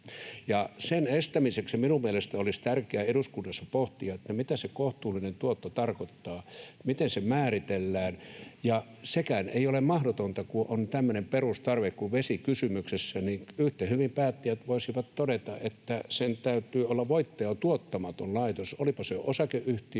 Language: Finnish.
mielestäni olisi tärkeää eduskunnassa pohtia, mitä se kohtuullinen tuotto tarkoittaa ja miten se määritellään. Sekään ei ole mahdotonta, kun on tämmöinen perustarve kuin vesi kysymyksessä, yhtä hyvin päättäjät voisivat todeta, että sen täytyy olla voittoa tuottamaton laitos, olipa se osakeyhtiö,